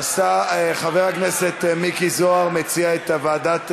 חבר הכנסת מיקי זוהר מציע את הוועדה,